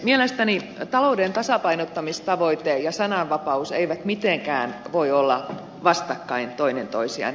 mielestäni talouden tasapainottamistavoite ja sananvapaus eivät mitenkään voi olla vastakkain toinen toisiaan